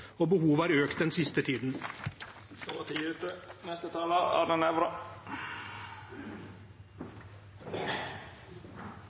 og behovet har økt den siste tiden.